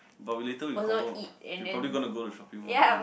but we later confirm we probably going to go shopping malls and eat